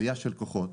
עלייה של כוחות,